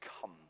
come